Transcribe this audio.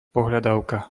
pohľadávka